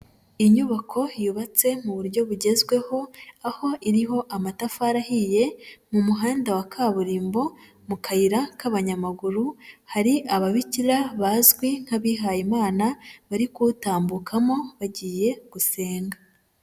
Inyubako yubatse mu buryo bugezweho, aho iriho amatafari ahiye, mu muhanda wa kaburimbo, mu kayira k'abanyamaguru hari ababikira bazwi nk'abihaye Imana, bari kuwutambukamo bagiye gusenga.